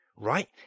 right